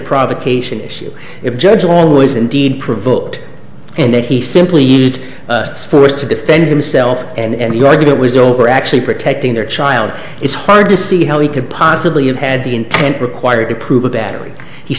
provocation issue if judge all was indeed provoked and that he simply used force to defend himself and the argument was over actually protecting their child it's hard to see how he could possibly have had the intent required to prove a battery